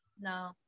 no